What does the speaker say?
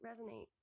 resonate